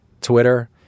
Twitter